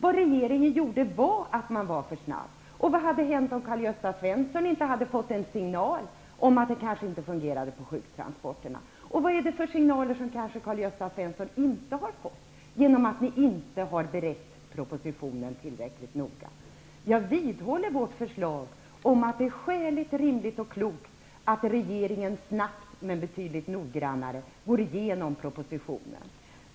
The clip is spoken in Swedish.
I detta sammanhang var regeringen för snabb. Vad hade hänt om Karl-Gösta Svenson inte hade fått en signal om att sjuktransporterna kanske inte fungerade? Och vilka signaler är det som Karl Gösta Svenson kanske inte har fått på grund av att propositionen inte har beretts tillräckligt noga? Jag vidhåller om att det är skäligt, rimligt och klokt att regeringen snabbt men betydligt noggrannare går igenom propositionen.